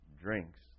drinks